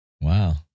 Wow